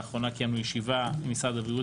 לאחרונה קיימנו ישיבה עם משרד הבריאות